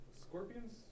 Scorpions